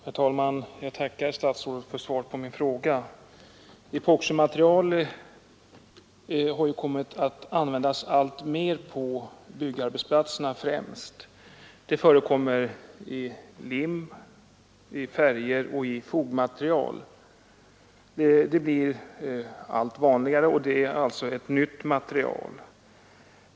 Herr talman! Jag tackar statsrådet för svaret på min fråga. Epoximaterial har kommit att användas alltmer, främst på byggarbetsplatserna. Det förekommer i lim, färger och fogmaterial. Det är alltså ett nytt material, och det blir allt vanligare.